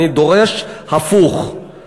אני דורש הפוך,